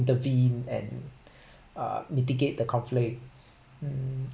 intervene and uh mitigate the conflict